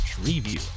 review